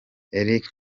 eric